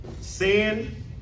Sin